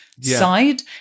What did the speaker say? side